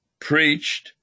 preached